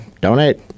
donate